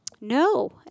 No